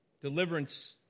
Deliverance